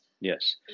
Yes